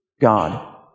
God